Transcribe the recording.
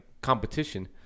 competition